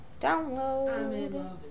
Download